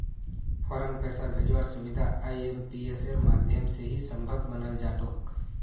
फौरन पैसा भेजवार सुबिधा आईएमपीएसेर माध्यम से ही सम्भब मनाल जातोक